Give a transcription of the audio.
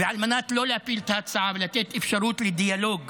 ועל מנת לא להפיל את ההצעה ולתת אפשרות לדיאלוג